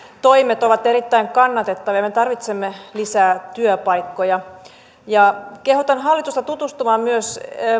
toimet ovat erittäin kannatettavia me tarvitsemme lisää työpaikkoja kehotan hallitusta tutustumaan myös